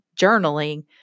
journaling